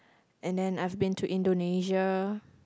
and then I've been to Indonesia